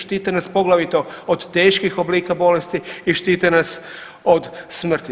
Štite nas poglavito od teških oblika bolesti i štite nas od smrti.